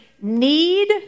need